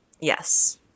Yes